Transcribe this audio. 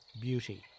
beauty